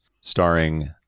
starring